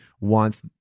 wants